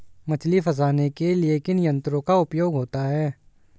मछली फंसाने के लिए किन यंत्रों का उपयोग होता है?